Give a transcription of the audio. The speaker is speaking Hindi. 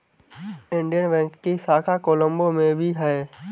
इंडियन बैंक की शाखा कोलम्बो में भी है